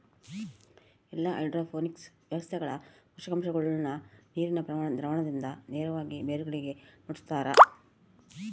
ಎಲ್ಲಾ ಹೈಡ್ರೋಪೋನಿಕ್ಸ್ ವ್ಯವಸ್ಥೆಗಳ ಪೋಷಕಾಂಶಗುಳ್ನ ನೀರಿನ ದ್ರಾವಣದಿಂದ ನೇರವಾಗಿ ಬೇರುಗಳಿಗೆ ಮುಟ್ಟುಸ್ತಾರ